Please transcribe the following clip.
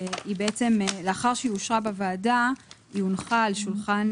לאחר שהיא אושרה בוועדה היא הונחה על שולחן